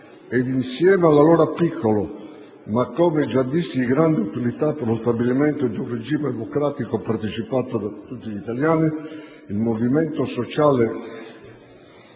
insieme all'allora piccolo ma, come già dissi, di grande utilità per lo stabilimento di un regime democratico partecipato da tutti gli italiani, il Movimento Sociale